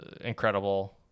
incredible